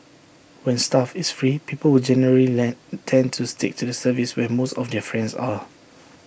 when stuff is free people will generally lend tend to stick to the service where most of their friends are